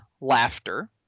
laughter